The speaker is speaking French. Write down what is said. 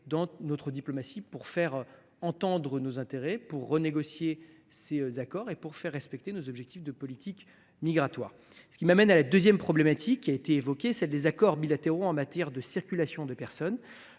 de la clarté pour faire entendre nos intérêts, renégocier ces accords et faire respecter nos objectifs de politique migratoire. Voilà qui m’amène à la deuxième problématique, celle des accords bilatéraux en matière de circulation de personnes.